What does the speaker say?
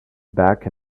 back